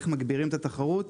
איך מגבירים את התחרות.